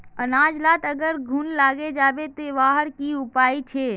अनाज लात अगर घुन लागे जाबे ते वहार की उपाय छे?